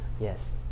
yes